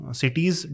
cities